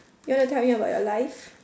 you wanna tell me about your life